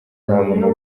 ntamuntu